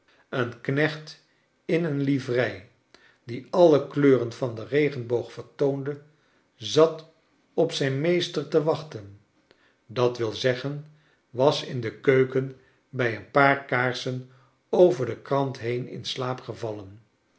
een knecht in een livrei die alle kleuren van den regenboog vertoonde zat op zijn meester te wachten d w z was in de keuken bij een paar kaarsen over de krant heen in slaap gevallen